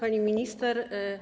Pani Minister!